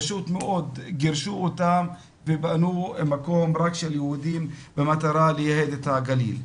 פשוט מאוד גירשו אותם ובנו מקום רק של יהודים במטרה לייהד את הגליל.